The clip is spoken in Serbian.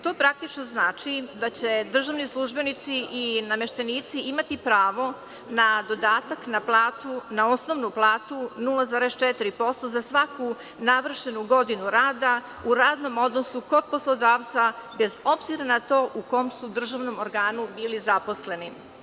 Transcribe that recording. To praktično znači da će državni službenici i nameštenici imati pravo na dodatak na osnovnu platu 0,4% za svaku navršenu godinu rada u radnom odnosu kod poslodavca, bez obzira na to u kom su državnom organu bili zaposleni.